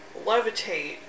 levitate